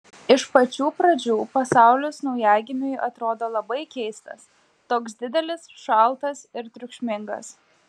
iš pačių pradžių pasaulis naujagimiui atrodo labai keistas toks didelis šaltas ir triukšmingas